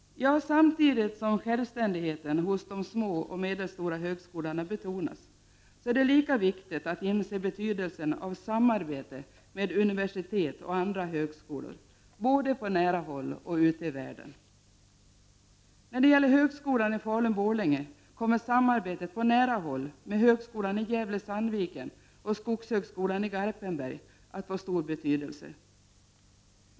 Samtidigt som självständigheten för de små och medelstora högskolorna betonas är det lika viktigt att inse betydelsen av samarbete med universitet och andra högskolor, både på nära håll och ute i världen. När det gäller högskolan i Falun Sandviken och skogshögskolan i Garpenberg att få stor betydelse.